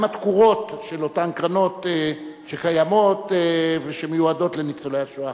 התקורות של אותן קרנות שקיימות ושמיועדות לניצולי השואה?